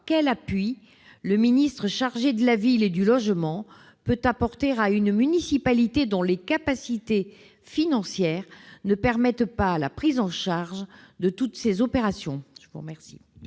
Quel appui le ministre chargé de la ville et du logement peut-il apporter à une commune dont les capacités financières ne permettent pas la prise en charge de toutes ces opérations ?